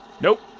Nope